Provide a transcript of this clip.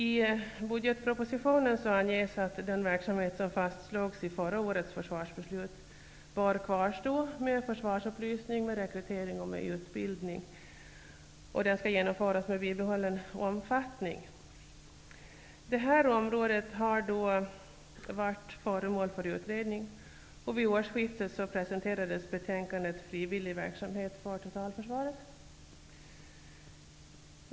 I budgetpropositionen anges att den verksamhet som fastslogs i förra årets försvarsbeslut bör kvarstå med försvarsupplysning, rekrytering och utbildning, och den skall genomföras med bibehållen omfattning. Detta område har varit föremål för utredning, och vid årsskiftet presenterades betänkandet Frivillig verksamhet för totalförsvaret.